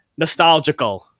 nostalgical